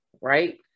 right